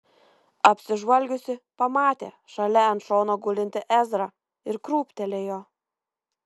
apsižvalgiusi pamatė šalia ant šono gulintį ezrą ir krūptelėjo